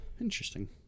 interesting